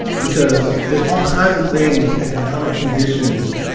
because there's all kinds of things, economic conditions,